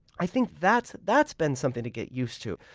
i think that's that's been something to get used to.